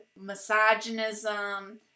misogynism